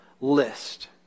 list